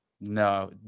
no